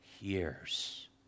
years